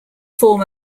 form